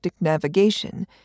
navigation